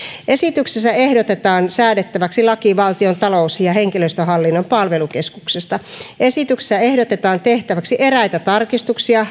esityksessä ehdotetaan säädettäväksi laki valtion talous ja henkilöstöhallinnon palvelukeskuksesta esityksessä ehdotetaan tehtäväksi eräitä tarkistuksia